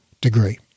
degree